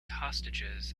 hostages